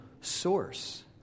source